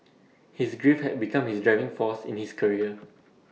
his grief had become his driving force in his career